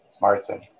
Martin